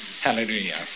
Hallelujah